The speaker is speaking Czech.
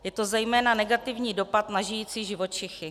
Je to zejména negativní dopad na žijící živočichy.